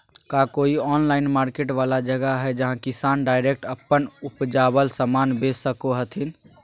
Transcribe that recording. का कोई online market वाला जगह हइ जहां किसान डायरेक्ट अप्पन उपजावल समान बेच सको हथीन?